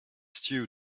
stew